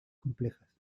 complejas